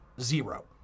zero